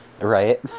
Right